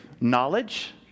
knowledge